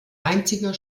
einziger